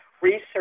Research